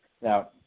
Now